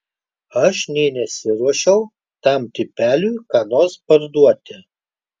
aš nė nesiruošiau tam tipeliui ką nors parduoti